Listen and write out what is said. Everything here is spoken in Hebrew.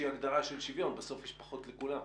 שהיא הגדרה של שוויון יש פחות לכולם.